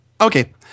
okay